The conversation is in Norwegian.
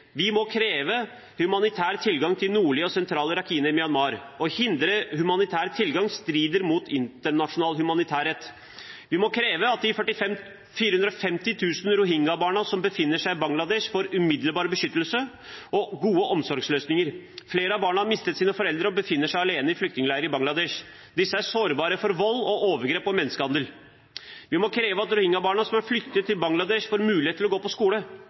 Vi må kreve humanitær tilgang til nordlige og sentrale deler av Rakhine i Myanmar. Å hindre humanitær tilgang strider mot internasjonal humanitærrett. Vi må kreve at de 450 000 rohingya-barna som befinner seg i Bangladesh, får umiddelbar beskyttelse og gode omsorgsløsninger. Flere av barna har mistet sine foreldre og befinner seg alene i flyktningleirer i Bangladesh. Disse er sårbare for vold, overgrep og menneskehandel. Vi må kreve at rohingya-barna som har flyktet til Bangladesh, får mulighet til å gå på skole.